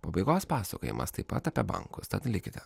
pabaigos pasakojimas taip pat apie bankus tad likite